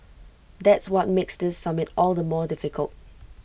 that's what makes this summit all the more difficult